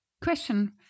Question